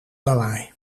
lawaai